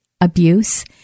abuse